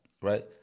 right